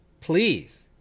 please